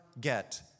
get